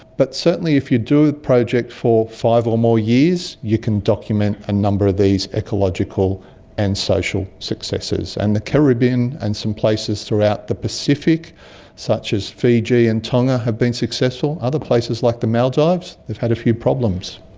but certainly if you do a project for five or more years you can document a number of these ecological and social successes. and the caribbean and some places throughout the pacific such as fiji and tonga have been successful. other places like the maldives, they've had a few problems.